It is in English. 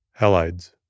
Halides